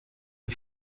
are